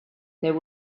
there